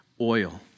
oil